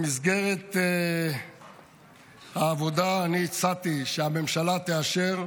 במסגרת העבודה אני הצעתי שהממשלה תאשר.